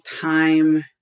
time